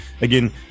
Again